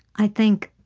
i think,